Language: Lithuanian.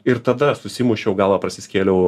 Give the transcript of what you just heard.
ir tada susimušiau galvą prasiskėliau